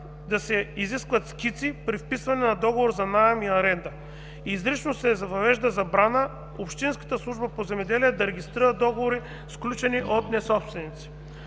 да се изискват скици при вписването на договор за наем и аренда. Изрично се въвежда забрана общинската служба по земеделие да регистрира договори, сключени от несобственици.